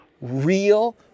Real